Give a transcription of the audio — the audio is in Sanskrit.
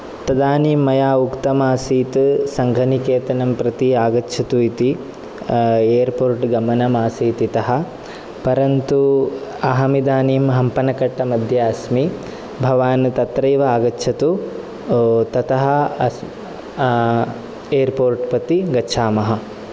तदानिं मया उक्तमासीत् सङ्घनिकेतनं प्रति आगच्छतु इति एर्पोर्ट् गमनम् आसीत् इतः परन्तु अहम् इदानीं हम्पनकट्टामध्ये अस्मि भवान् तत्रैव आगच्छतु ततः अस् एर्पोर्ट् प्रति गच्छामः